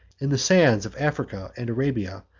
in the sands of africa and arabia,